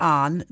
on